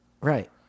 Right